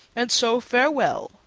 and so farewell,